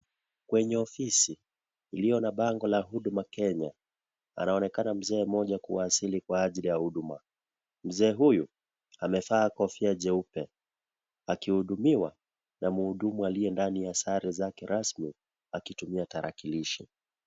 Kwenye ofisi, iliyo na bango la Huduma Kenya, anaonekana mzee mmoja kuasili kwa ajili ya huduma. Mzee huyu, amevaa kofia jeupe. Akihudumiwa, na mhudumu aliye ndani ya sare zake rasmi, akitumia tarakilishi.